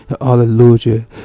Hallelujah